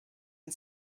and